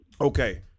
Okay